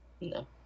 No